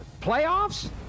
Playoffs